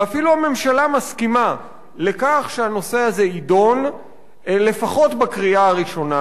ואפילו הממשלה מסכימה לכך שהנושא הזה יידון לפחות בקריאה הראשונה,